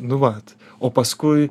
nu vat o paskui